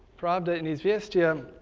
pravda and izvestia